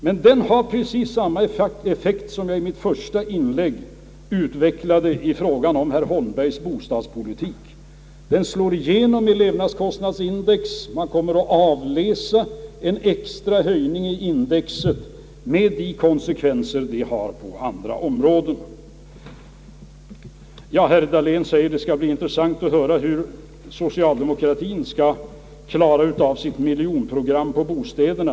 Men det systemet har precis samma effekt som jag i mitt första inlägg utvecklade beträffande herr Holmbergs bostadspolitik — det slår igenom i levnadskostnadsindex; man kommer att få en extra indexhöjning, med de konsekvenser det har på prisoch andra områden. Herr Dahlén säger att det kommer att bli intressant att höra hur socialdemokraterna skall klara av sitt miljonprogram när det gäller bostäderna.